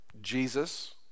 Jesus